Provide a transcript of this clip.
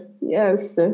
Yes